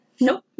Nope